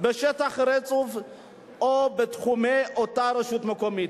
בשטח רצוף או בתחומי אותה רשות מקומית,